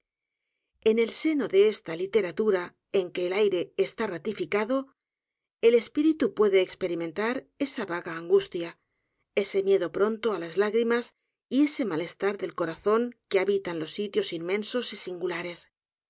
en el seno de esta literatura en que el aire está rarificado el espíritu puede experimentar esa vaga angustia ese miedo pronto á las lágrimas y ese malestar del corazón que habitan los sitios inmensos y singulares